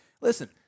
Listen